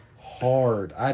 hard